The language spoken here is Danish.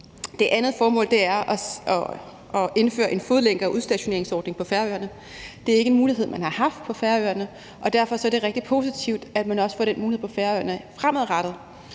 Det andet formål er at indføre en fodlænke- og udstationeringsordning på Færøerne. Det er ikke en mulighed, man har haft på Færøerne, og derfor er det rigtig positivt, at man også får den mulighed på Færøerne fremadrettet.